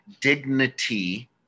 dignity